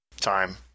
time